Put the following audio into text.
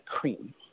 cream